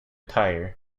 tire